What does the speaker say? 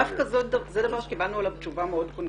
דווקא זה דבר שקיבלנו עליו תשובה מאוד קונקרטית.